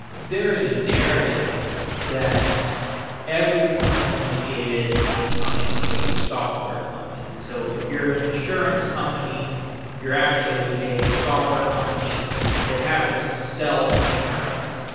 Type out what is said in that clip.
there is a narrative that every company is becoming a software company so if you're an insurance company you're actually a software company that happens to sell insurance